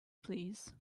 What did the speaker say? please